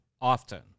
often